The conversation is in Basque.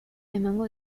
emango